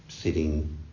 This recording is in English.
sitting